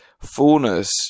fullness